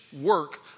work